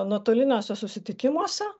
nuotoliniuose susitikimuose